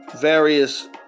various